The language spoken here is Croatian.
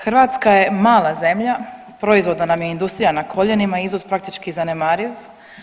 Hrvatska je mala zemlja, proizvodno nam je industrija na koljenima, iznos praktički zanemariv.